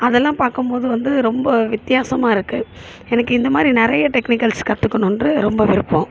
அதெல்லாம் பார்க்கம்போது வந்து ரொம்ப வித்தியாசமாக இருக்கு எனக்கு இந்த மாரி நிறையா டெக்னிக்கல்ஸ் கற்றுக்கணுன்றது ரொம்ப விருப்பம்